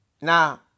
Now